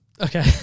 Okay